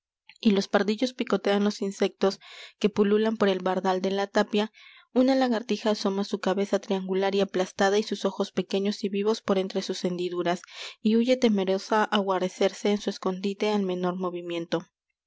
y los pardillos picotean los insectos que pululan por el bardal de la tapia una lagartija asoma su cabeza triangular y aplastada y sus ojos pequeños y vivos por entre sus hendiduras y huye temerosa á guarecerse en su escondite al menor movimiento